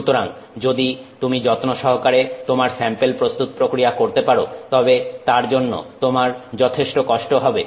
সুতরাং যদি তুমি যত্নসহকারে তোমার স্যাম্পেল প্রস্তুত প্রক্রিয়া করতে পারো তবে তার জন্য তোমার যথেষ্ট কষ্ট হবে